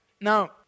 Now